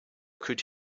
could